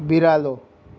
बिरालो